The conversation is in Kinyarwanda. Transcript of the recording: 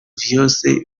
vyose